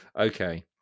Okay